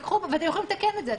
ואתם יכולים לתקן את זה.